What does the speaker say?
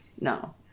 No